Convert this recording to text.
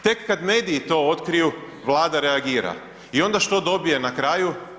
Tek kada mediji to otkriju Vlada reagira i onda što dobije na kraju?